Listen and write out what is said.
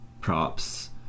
props